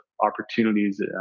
opportunities